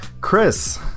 chris